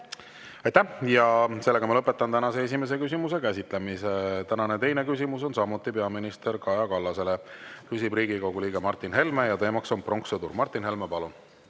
Aitäh! Lõpetan tänase esimese küsimuse käsitlemise. Tänane teine küsimus on samuti peaminister Kaja Kallasele, küsib Riigikogu liige Martin Helme ja teema on pronkssõdur. Martin Helme, palun!